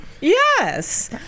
Yes